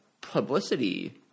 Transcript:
publicity